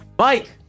Mike